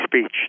speech